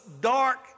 dark